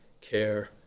care